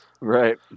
Right